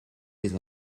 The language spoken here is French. les